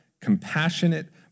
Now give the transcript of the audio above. compassionate